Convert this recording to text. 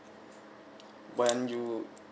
when you